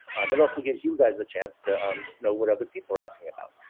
um it also gives you guys a chance to um know what other people are asking about.